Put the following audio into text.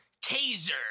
Taser